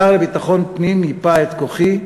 השר לביטחון פנים ייפה את כוחי,